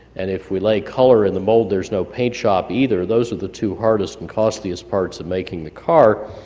and if we lay color in the mold there's no paint shop either. those are the two hardest and costliest parts of making the car,